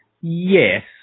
Yes